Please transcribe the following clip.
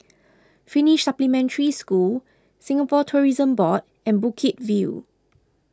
Finnish Supplementary School Singapore Tourism Board and Bukit View